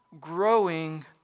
growing